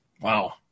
Wow